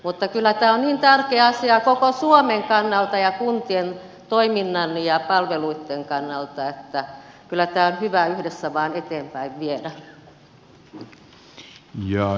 mutta kyllä tämä on niin tärkeä asia koko suomen kannalta ja kuntien toiminnan ja palveluitten kannalta että kyllä tämä on hyvä yhdessä vain eteenpäin viedä